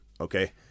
Okay